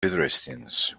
pedestrians